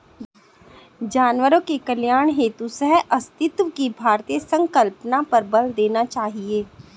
जानवरों के कल्याण हेतु सहअस्तित्व की भारतीय संकल्पना पर बल देना चाहिए